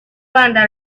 banda